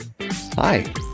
Hi